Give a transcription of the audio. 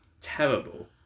terrible